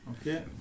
Okay